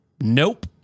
Nope